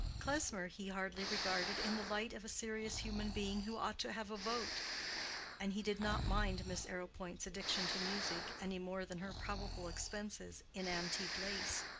klesmer he hardly regarded in the light of a serious human being who ought to have a vote and he did not mind miss arrowpoint's addiction to music any more than her probable expenses in antique lace.